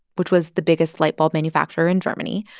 which was the biggest light bulb manufacturer in germany?